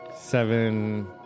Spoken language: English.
seven